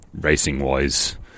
racing-wise